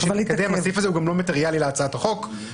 "דייר" מי שמתגורר בבית אבות.